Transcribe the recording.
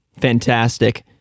fantastic